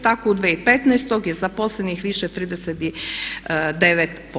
Tako u 2015. je zaposlenih više 39%